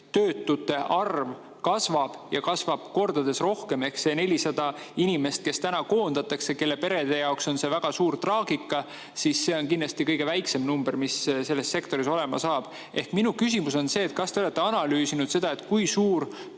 töötute arv kasvab, ja kasvab kordades rohkem. Need 400 inimest, kes täna koondatakse ja kelle perede jaoks on see väga suur traagika, on kindlasti kõige väiksem number, mis selles sektoris olema saab. Minu küsimus on see: kas te olete analüüsinud seda, kui suur